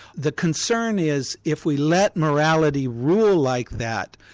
the concern is, if we let morality rule like that,